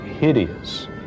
hideous